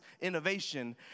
innovation